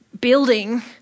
building